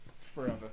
Forever